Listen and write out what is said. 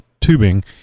tubing